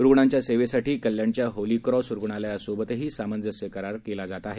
रुग्णांच्या सेवेसाठी कल्याणच्या होली क्रॉस रुग्नालयासोबतही सामजंस्य करार करण्यात येत आहे